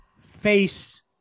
face